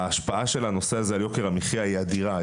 ההשפעה של הנושא הזה על יוקר המחייה היא אדירה,